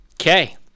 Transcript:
Okay